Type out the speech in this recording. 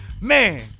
Man